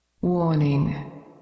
warning